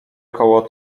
około